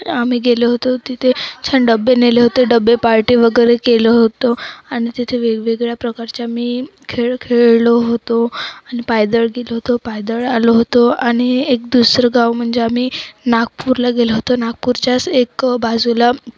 आम्ही गेलो होतो तिथे छान डबे नेले होते डबे पार्टी वगैरे केलं होतं आणि तिथे वेगवेगळ्या प्रकारच्या मी खेळ खेळलो होतो आणि पायदळ गेलो होतो पायदळ आलो होतो आणि एक दुसरं गाव म्हणजे आम्ही नागपूरला गेलो होतो नागपूरच्याच एक बाजूला